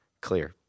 clear